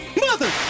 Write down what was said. Mother